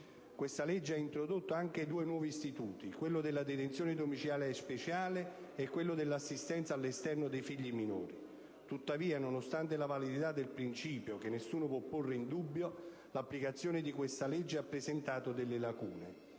Quella legge ha introdotto anche due nuovi istituti, quello della detenzione domiciliare speciale e quello dell'assistenza all'esterno dei figli minori. Tuttavia, nonostante la validità del principio, che nessuno può porre in dubbio, l'applicazione di questa legge ha presentato delle lacune.